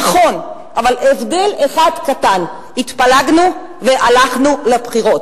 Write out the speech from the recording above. נכון, אבל בהבדל אחד קטן: התפלגנו והלכנו לבחירות,